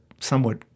somewhat